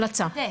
חייבים להיבדק.